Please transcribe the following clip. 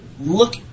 Look